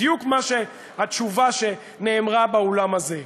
בדיוק התשובה שנאמרה באולם הזה: